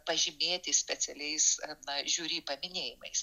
pažymėti specialiais na žiuri paminėjimais